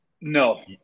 No